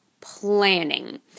planning